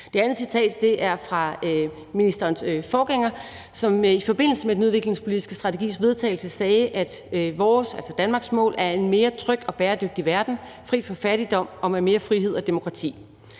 Det andet citat er fra ministerens forgænger, som i forbindelse med den udviklingspolitiske strategis vedtagelse sagde: »Vores mål er en mere tryg og bæredygtig verden fri for fattigdom og med mere frihed og demokrati.«